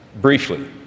Briefly